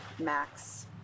Max